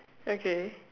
okay